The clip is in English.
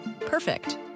Perfect